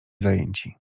zajęci